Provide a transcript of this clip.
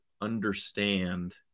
understand